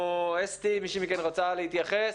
או אסתי, מישהי מכן רוצה להתייחס?